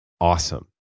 awesome